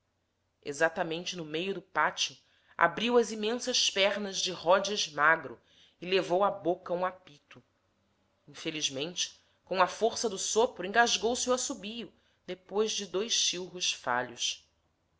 exatamente no meio do pátio abriu as imensas pernas de rodes magro e levou à boca um apito infelizmente com a força do sopro engasgou se o assobio depois de dois chilros falhos